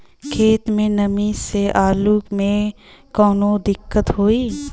खेत मे नमी स आलू मे कऊनो दिक्कत होई?